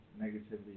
negatively